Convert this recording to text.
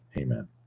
Amen